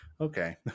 okay